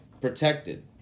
Protected